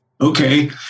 okay